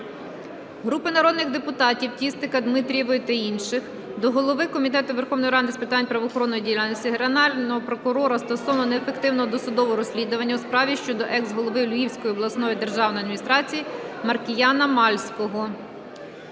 Групи народних депутатів (Тістика, Дмитрієвої та інших) до голови Комітету Верховної Ради України з питань правоохоронної діяльності, Генерального прокурора стосовно неефективного досудового розслідування у справі щодо екс-голови Львівської обласної державної адміністрації Маркіяна Мальського.